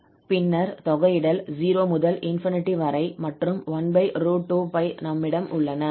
பின்னர் தொகையிடல் 0 முதல் ∞ வரை மற்றும் 12π நம்மிடம் உள்ளன